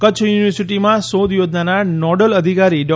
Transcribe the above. કચ્છ યુનિવર્સિટીમાં શોધ યોજનાના નોડલ અધિકારી ડો